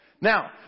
Now